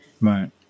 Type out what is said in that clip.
right